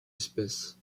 espèce